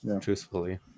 truthfully